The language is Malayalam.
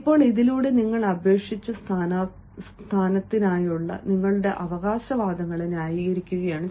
ഇപ്പോൾ ഇതിലൂടെ നിങ്ങൾ അപേക്ഷിച്ച സ്ഥാനത്തിനായുള്ള നിങ്ങളുടെ അവകാശവാദങ്ങളെ ന്യായീകരിക്കുകയാണ്